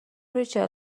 ریچل